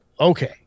okay